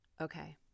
Okay